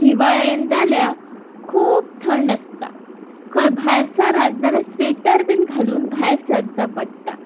हिंवाळ्यान जाल्यार खूब थंड आसता खंय भायर सरत जाल्यार स्वेटर बीन घालून भायर सरचा पडटा